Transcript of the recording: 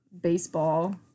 baseball